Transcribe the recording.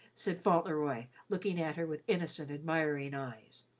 said fauntleroy, looking at her with innocent, admiring eyes,